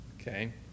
Okay